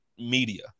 Media